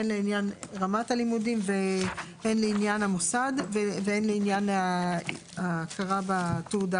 הן לעניין רמת הלימודים והן לעניין המוסד והן לעניין ההכרה בתעודה